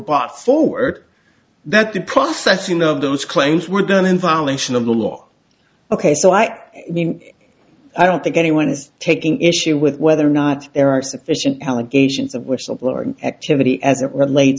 bought forward that the processing of those claims were done in violation of the law ok so i mean i don't think anyone is taking issue with whether or not there are sufficient allegations of whistleblower activity as it relates